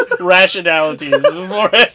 rationality